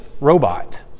robot